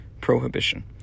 prohibition